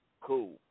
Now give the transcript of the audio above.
cool